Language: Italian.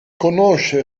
conosce